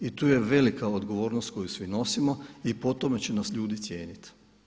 I tu je velika odgovornost koju svi nosimo i po tome će nas ljudi cijeniti.